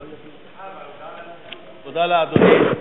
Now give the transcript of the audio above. סליחה, אבל הודעה על התיקון, תודה לאדוני.